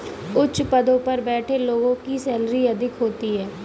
उच्च पदों पर बैठे लोगों की सैलरी अधिक होती है